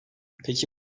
peki